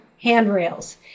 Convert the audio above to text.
handrails